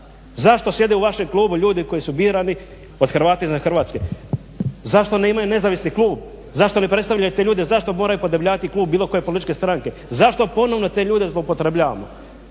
Zašto sjede u vašem klubu ljudi koji su birani od Hrvata izvan Hrvatske? Zašto imaju nezavisni klub? Zašto ne predstavljaju te ljude? Zašto moraju podebljavati klub bilo koje političke stranke? Zašto ponovno te ljude zloupotrebljavamo?